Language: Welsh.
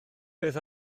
beth